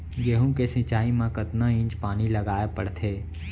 गेहूँ के सिंचाई मा कतना इंच पानी लगाए पड़थे?